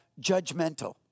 judgmental